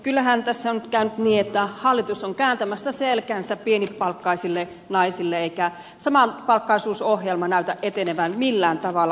kyllähän tässä on nyt käynyt niin että hallitus on kääntämässä selkänsä pienipalkkaisille naisille eikä samapalkkaisuusohjelma näytä etenevän millään tavalla